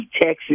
Texas